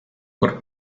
por